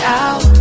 out